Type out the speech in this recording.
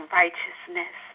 righteousness